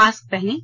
mask पहनें